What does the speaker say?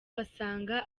basanga